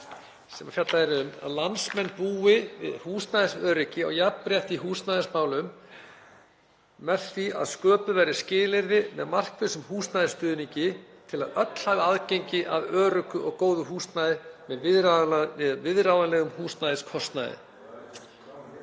sem fjallað er um, að landsmenn „búi við húsnæðisöryggi og jafnrétti í húsnæðismálum með því að sköpuð verði skilyrði með markvissum húsnæðisstuðningi til að öll hafi aðgengi að öruggu og góðu húsnæði með viðráðanlegum húsnæðiskostnaði.“